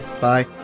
Bye